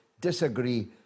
disagree